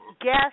Guess